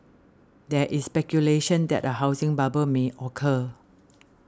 there is speculation that a housing bubble may occur